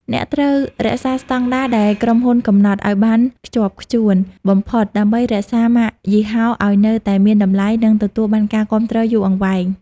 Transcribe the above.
អ្នកត្រូវ "រក្សាស្តង់ដារដែលក្រុមហ៊ុនកំណត់" ឱ្យបានខ្ជាប់ខ្ជួនបំផុត ដើម្បីរក្សាម៉ាកយីហោឱ្យនៅតែមានតម្លៃ និងទទួលបានការគាំទ្រយូរអង្វែង។